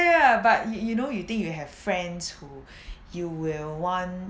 but you you know you think you have friends who you will want